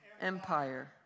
Empire